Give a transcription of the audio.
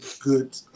good